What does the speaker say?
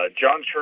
John